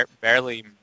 barely